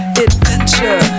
adventure